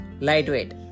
lightweight